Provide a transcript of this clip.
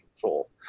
control